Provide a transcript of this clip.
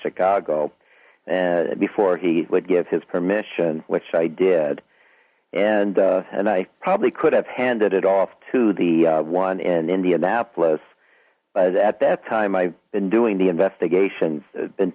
chicago before he would give his permission which i did and and i probably could have handed it off to the one in indianapolis at that time i've been doing the investigations been